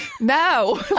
no